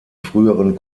früheren